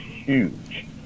huge